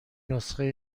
نسخه